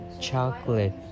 chocolate